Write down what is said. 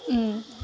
अँ